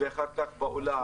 ואחר כך אולם.